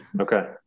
Okay